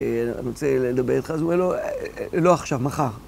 אני רוצה לדבר איתך, זוהלו, לא עכשיו, מחר.